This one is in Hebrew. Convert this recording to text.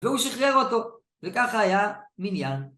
והוא שחרר אותו, וככה היה מניין.